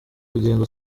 rugendo